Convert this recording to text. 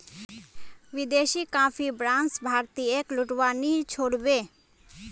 विदेशी coffee brands भारतीयेक लूटवा नी छोड़ बे